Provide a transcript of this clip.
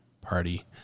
Party